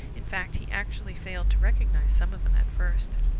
in fact he actually failed to recognize some of them at first.